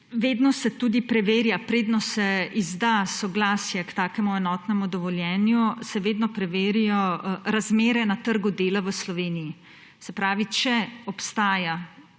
se je samo preselil. Preden se izda soglasje k takemu enotnemu dovoljenju, se vedno preverijo razmere na trgu dela v Sloveniji. Se pravi, če obstaja